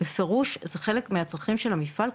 בפירוש זה חלק מהצרכים של המפעל,